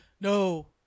No